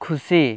ᱠᱷᱩᱥᱤ